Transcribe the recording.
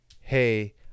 hey